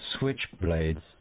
switchblades